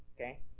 Okay